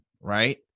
right